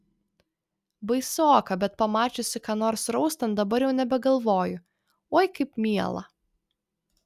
baisoka bet pamačiusi ką nors raustant dabar jau nebegalvoju oi kaip miela